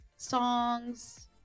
songs